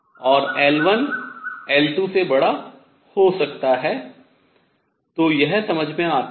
और L1 L2 से बड़ा हो सकता है तो यह समझ में आता है